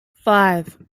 five